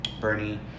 Bernie